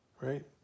right